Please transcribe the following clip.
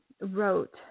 wrote